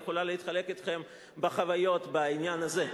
היא יכולה לחלוק אתכם את החוויות בעניין הזה.